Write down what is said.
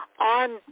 on